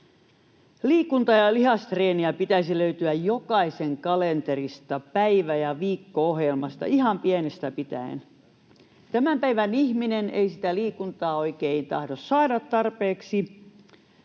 Liikunta- ja lihastreeniä pitäisi löytyä jokaisen kalenterista, päivä- ja viikko-ohjelmasta, ihan pienestä pitäen. Tämän päivän ihminen ei sitä liikuntaa oikein tahdo saada tarpeeksi.